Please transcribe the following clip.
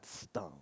stung